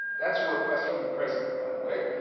that's a request from the president, by the way.